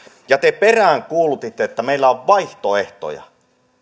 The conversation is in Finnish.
ja te peräänkuulutitte että meillä on vaihtoehtoja